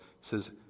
says